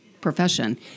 profession